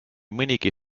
mõnigi